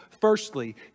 Firstly